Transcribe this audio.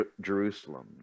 Jerusalem